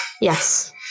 Yes